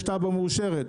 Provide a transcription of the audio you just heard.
יש תב"ע מאושרת.